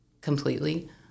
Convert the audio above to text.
completely